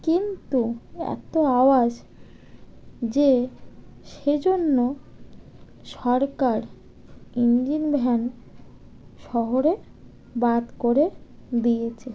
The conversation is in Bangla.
কিন্তু এতো আওয়াজ যে সে জন্য সরকার ইঞ্জিন ভ্যান শহরে বাদ করে দিয়েছে